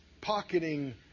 Pocketing